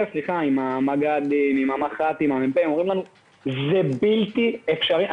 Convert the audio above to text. עם המג"דים והמח"טים שאומרים לנו שזה בלתי אפשרי,